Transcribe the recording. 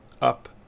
up